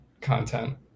content